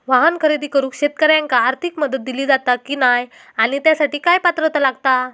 वाहन खरेदी करूक शेतकऱ्यांका आर्थिक मदत दिली जाता की नाय आणि त्यासाठी काय पात्रता लागता?